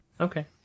Okay